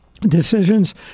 decisions